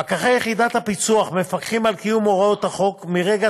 פקחי יחידת הפיצו"ח מפקחים על קיום הוראות החוק מרגע